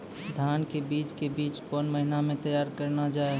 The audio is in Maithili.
धान के बीज के बीच कौन महीना मैं तैयार करना जाए?